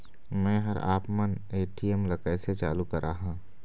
मैं हर आपमन ए.टी.एम ला कैसे चालू कराहां?